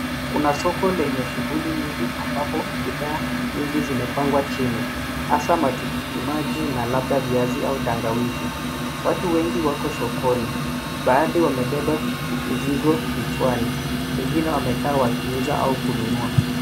Kuna soko lenye shughuli nyingi ambapo bidhaa nyingi zimepangwa chini hasa matikiti maji na labda viazi au tangawizi. Watu wengi wako sokoni. Baadhi wamebeba mizigo vichani. Wengine wamekaa wakiuza au kununua.